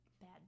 bad